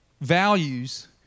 values